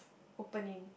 opening